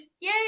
yay